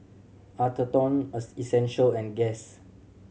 Atherton Essential and Guess